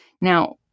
Now